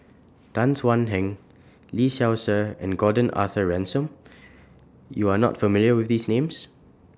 Tan Thuan Heng Lee Seow Ser and Gordon Arthur Ransome YOU Are not familiar with These Names